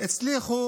הצליחו